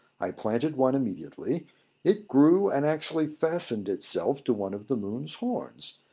i planted one immediately it grew, and actually fastened itself to one of the moon's horns.